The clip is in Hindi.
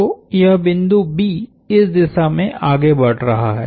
तो यह बिंदु B इस दिशा में आगे बढ़ रहा है